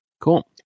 cool